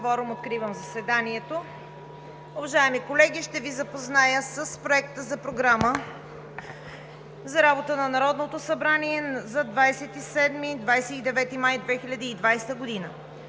откривам заседанието. (Звъни.) Уважаеми колеги, ще Ви запозная с Проекта на програма за работа на Народното събрание за 17 – 29 май 2020 г.: „1.